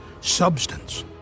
substance